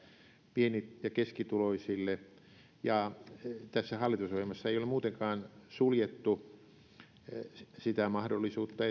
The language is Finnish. pieni ja keskituloisille tässä hallitusohjelmassa ei ole muutenkaan suljettu pois sitä mahdollisuutta